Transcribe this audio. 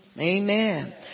Amen